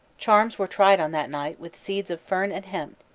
charms were tried on that night with seeds of fern and hemp,